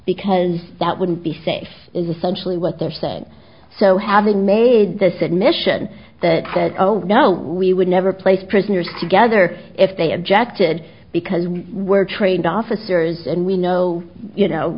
because that wouldn't be safe is essentially what they're saying so having made this admission that said oh no we would never place prisoners together if they objected because we were trained officers and we know you know